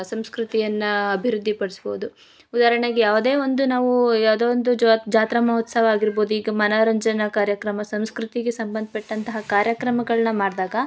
ಸಂಸ್ಕೃತಿಯನ್ನು ಅಭಿವೃದ್ಧಿ ಪಡಿಸಬೋದು ಉದಾರಣೆಗೆ ಯಾವುದೇ ಒಂದು ನಾವು ಯಾವ್ದೋ ಒಂದು ಜಾತ್ರಾ ಮಹೋತ್ಸವ ಆಗಿರಬೋದು ಈಗ ಮನರಂಜನ ಕಾರ್ಯಕ್ರಮ ಸಂಸ್ಕೃತಿಗೆ ಸಂಬಂಧಪಟ್ಟಂತಹ ಕಾರ್ಯಕ್ರಮಗಳನ್ನ ಮಾಡಿದಾಗ